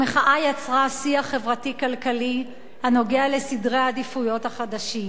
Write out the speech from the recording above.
המחאה יצרה שיח חברתי כלכלי הנוגע לסדרי העדיפויות החדשים.